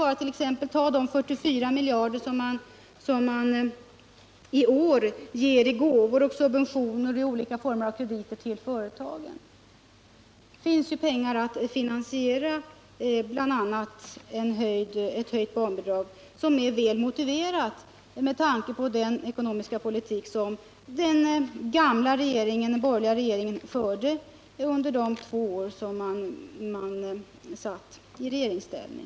Ta som exempel de 44 miljarder som man i år ger i gåvor, subventioner och olika former av krediter till företagen. Det finns alltså pengar för att finansiera bl.a. ett höjt barnbidrag, som är väl motiverat med tanke på den ekonomiska politik som den borgerliga regeringen förde under de två år man satt i regeringsställning.